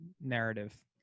narrative